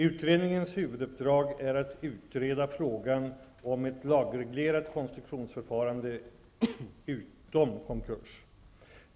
Utredningens huvuduppdrag är att utreda frågan om ett lagreglerat rekonstruktionsförfarande utom konkurs.